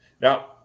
now